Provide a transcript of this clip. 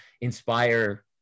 inspire